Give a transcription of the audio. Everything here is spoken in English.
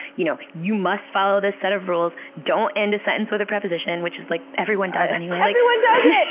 you know you must follow this set of rules. don't end a sentence with a preposition, which like everyone does anyway like everyone does it!